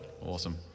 Awesome